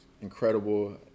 incredible